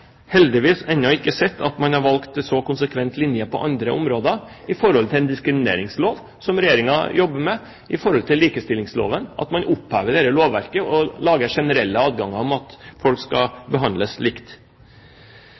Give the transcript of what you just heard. heldigvis ennå ikke sett at man har valgt en så konsekvent linje på andre områder i forhold til diskrimineringsloven som Regjeringen jobber med i forhold til likestillingsloven, at man opphever dette i lovverket og lager en generell adgang til at folk skal behandles likt.